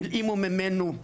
הלאימו מאיתנו,